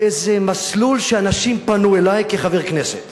איזה מסלול, שאנשים פנו אלי כחבר כנסת